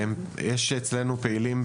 יש אצלנו פעילים,